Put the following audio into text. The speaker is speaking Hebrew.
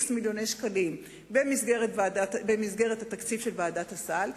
מיליוני שקלים מהתקציב של ועדת הסל,